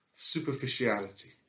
superficiality